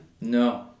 No